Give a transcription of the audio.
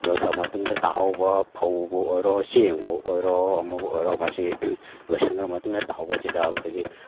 ꯂꯣꯏꯈ꯭ꯔ ꯃꯇꯨꯡꯗ ꯇꯥꯍꯧꯕ ꯐꯧꯕꯨ ꯑꯣꯏꯔꯣ ꯆꯦꯡꯕꯨ ꯑꯣꯏꯔꯣ ꯑꯃꯕꯨ ꯑꯣꯏꯔꯣ ꯃꯁꯤ ꯂꯣꯏꯁꯟꯈ꯭ꯔ ꯃꯇꯨꯡꯗ ꯇꯥꯍꯧꯕꯁꯤꯗ ꯑꯩꯈꯣꯏꯒꯤ